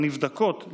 הנבדקות,